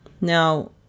Now